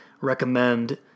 recommend